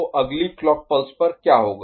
तो अगली clock pulse पर क्या होगा